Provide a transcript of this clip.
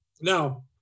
Now